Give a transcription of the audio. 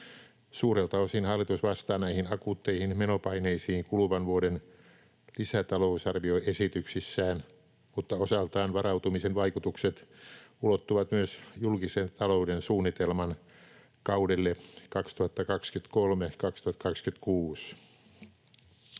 Suurelta osin hallitus vastaa näihin akuutteihin menopaineisiin kuluvan vuoden lisätalousarvioesityksissään, mutta osaltaan varautumisen vaikutukset ulottuvat myös julkisen talouden suunnitelman kaudelle 2023—2026.